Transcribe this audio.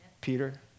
Peter